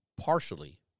partially